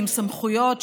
עם סמכויות,